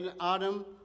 Adam